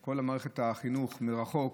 כל מערכת החינוך מרחוק